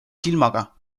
silmaga